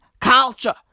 culture